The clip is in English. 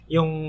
Yung